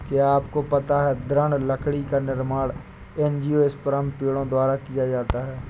क्या आपको पता है दृढ़ लकड़ी का निर्माण एंजियोस्पर्म पेड़ों द्वारा किया जाता है?